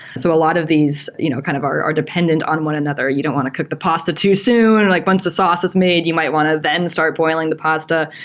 so a lot of these you know kind of are dependent on one another. you don't want to cook the pasta too soon, like once the sauce is made, you might want to then start boiling the pasta.